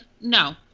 No